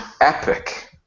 epic